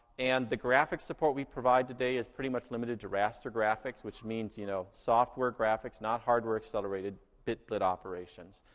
and the graphics support we provide today is pretty much limited to raster graphics which means, you know, software graphics, not hardware accelerated bitblt operations.